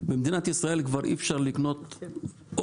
במדינת ישראל כבר אי אפשר לקנות אוכל,